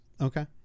Okay